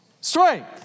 strength